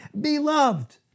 Beloved